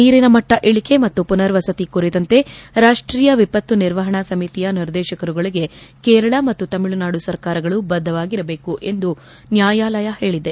ನೀರಿನ ಮಟ್ಟ ಇಳಕೆ ಮತ್ತು ಪುನರ್ವಸತಿ ಕುರಿತಂತೆ ರಾಷ್ಷೀಯ ವಿಪತ್ತು ನಿರ್ವಹಣಾ ಸಮಿತಿಯ ನಿರ್ದೇಶನಗಳಗೆ ಕೇರಳ ಮತ್ತು ತಮಿಳುನಾಡು ಸರ್ಕಾರಗಳು ಬದ್ದವಾಗಿರಬೇಕು ಎಂದು ನ್ವಾಯಾಲಯ ಹೇಳದೆ